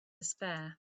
despair